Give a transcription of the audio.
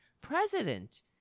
president